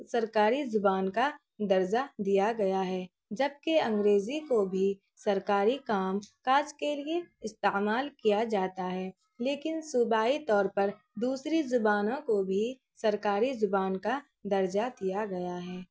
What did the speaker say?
سرکاری زبان کا درجہ دیا گیا ہے جبکہ انگریزی کو بھی سرکاری کام کاج کے لیے استعمال کیا جاتا ہے لیکن صوبائی طور پر دوسری زبانوں کو بھی سرکاری زبان کا درجہ دیا گیا ہے